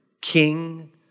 King